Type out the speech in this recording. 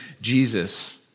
Jesus